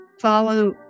follow